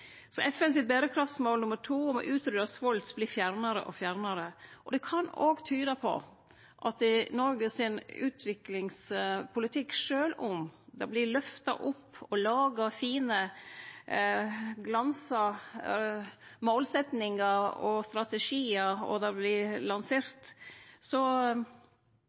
berekraftsmål nr. 2 om å utrydje svolt vert fjernare og fjernare. Det kan tyde på at sjølv om det i Noregs utviklingspolitikk vert løfta opp og laga fine, glansa målsettingar og strategiar som vert lanserte, er det